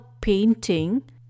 painting